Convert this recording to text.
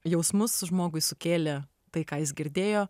jausmus žmogui sukėlė tai ką jis girdėjo